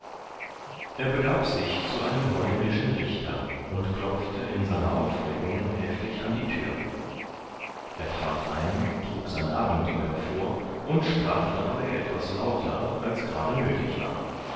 er begab sich zu einem holländischen richter und klopfte in seiner aufregung heftig an die thür er trat ein trug sein abenteuer vor und sprach dabei etwas lauter als gerade nöthig war